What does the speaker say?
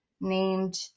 named